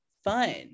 fun